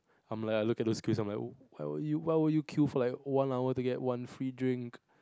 I'm like looking those queue and I would I would you why would you queue for like one hour to get one free drink